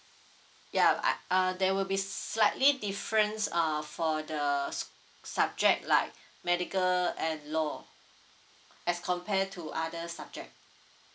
ya uh uh there will be slightly difference uh for the s~ subject like medical and law as compare to other subject